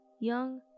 young